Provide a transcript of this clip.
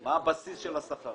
מה הבסיס של השכר?